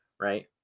right